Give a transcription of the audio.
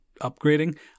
upgrading